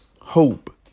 hope